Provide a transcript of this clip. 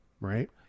right